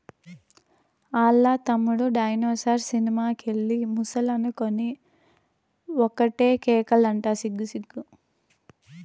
ఆల్ల తమ్ముడు dinosaur cinema కెళ్ళి ముసలనుకొని ఒకటే కేకలంట సిగ్గు సిగ్గు